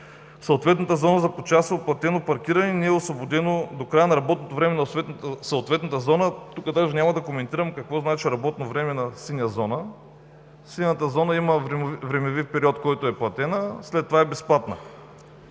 съответната зона за почасово платено паркиране, не е освободено до края на работното време на съответната зона. Тук даже няма да коментирам какво значи работно време на синя зона. Синята зона има времеви период, в който е платена, след това е безплатна.